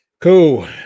cool